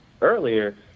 earlier